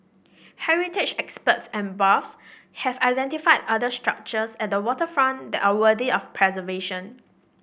heritage experts and buffs have identified other structures at the waterfront that are worthy of preservation